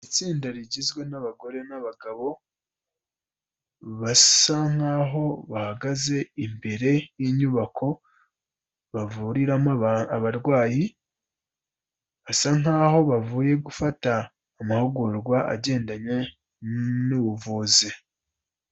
Itsinda rigizwe nabagore n'abagabo basa nkaho bahagaze imbere y'inyubako bavuriramo abarwayi basa nkaho bavuye gufata amahugurwa agendanye nubuvuzi.